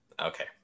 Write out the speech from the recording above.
Okay